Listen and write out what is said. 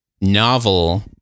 novel